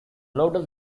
lotus